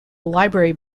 library